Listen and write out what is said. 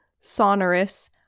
sonorous